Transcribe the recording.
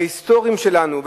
ההיסטוריים שלנו,